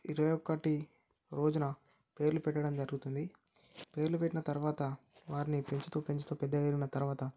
ఇరవై ఒకటి రోజున పేర్లు పెట్టడం జరుగుతుంది పేర్లు పెట్టిన తర్వాత వారిని పెంచుతూ పెంచుతూ పెద్దగయిన తర్వాత